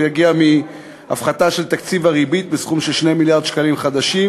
הוא יגיע מהפחתה של תקציב הריבית בסכום של 2 מיליארד שקלים חדשים